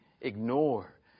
ignore